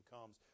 comes